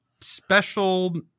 special